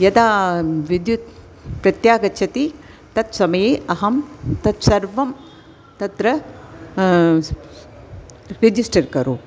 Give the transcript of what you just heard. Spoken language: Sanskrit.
यदा विद्युत् प्रत्यागच्छति तत्समये अहं तत्सर्वं तत्र रिजिस्टर् करो